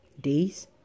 Days